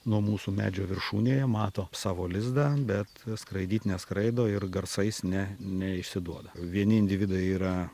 nuo mūsų medžio viršūnėje mato savo lizdą bet skraidyt neskraido ir garsais ne neišsiduoda vieni individai yra